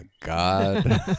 God